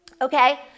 Okay